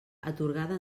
atorgada